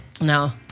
No